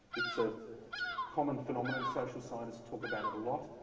it's a common phenomenon. social scientists talk about it a lot.